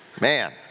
Man